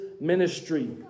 ministry